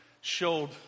showed